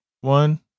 one